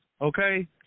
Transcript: okay